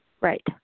Right